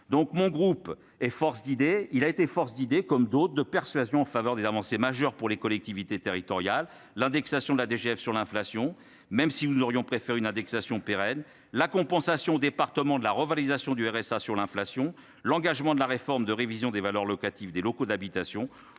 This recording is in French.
il a été force d'idée comme d'autres de persuasion en faveur des avancées majeures pour les collectivités territoriales, l'indexation de la DGF sur l'inflation, même si vous nous aurions préfère une indexation pérenne la compensation, département de la revalorisation du RSA sur l'inflation, l'engagement de la réforme de révision des valeurs locatives des locaux d'habitation